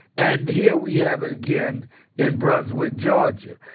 and here we have it again in brunswick, georgia.